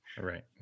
Right